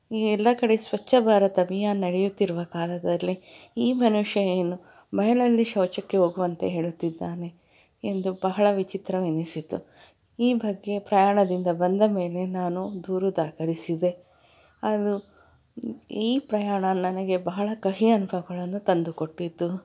ಈಗ ಎಲ್ಲ ಕಡೆ ಸ್ವಚ್ಛ ಭಾರತ್ ಅಭಿಯಾನ ನಡೆಯುತ್ತಿರುವ ಕಾಲದಲ್ಲಿ ಈ ಮನುಷ್ಯ ಏನು ಬಯಲಲ್ಲಿ ಶೌಚಕ್ಕೆ ಹೋಗುವಂತೆ ಹೇಳುತ್ತಿದ್ದಾನೆ ಎಂದು ಬಹಳ ವಿಚಿತ್ರವೆನಿಸಿತು ಈ ಬಗ್ಗೆ ಪ್ರಯಾಣದಿಂದ ಬಂದ ಮೇಲೆ ನಾನು ದೂರು ದಾಖಲಿಸಿದೆ ಅದು ಈ ಪ್ರಯಾಣ ನನಗೆ ಬಹಳ ಕಹಿ ಅನುಭವಗಳನ್ನು ತಂದು ಕೊಟ್ಟಿತು